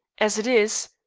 as it is